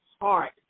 heart